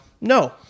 No